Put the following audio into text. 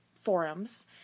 forums